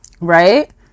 right